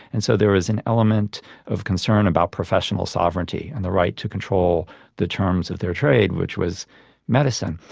and so there is an element of concern about professional sovereignty and the right to control the terms of their trade, which was medicine.